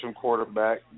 quarterback